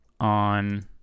on